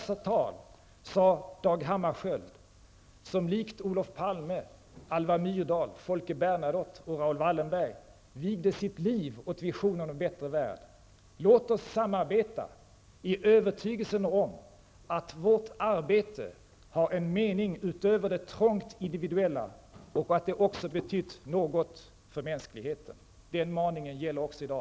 Raoul Wallenberg vigde sitt liv åt visionen om en bättre värld: ''Låt oss samarbeta i övertygelsen om att vårt arbete har en mening utöver det trångt individuella och att det också betytt något för mänskligheten.'' Den maningen gäller också i dag,